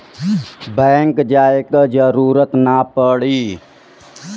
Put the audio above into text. bank जाये क जरूरत ना पड़ी